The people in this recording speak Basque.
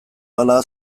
hala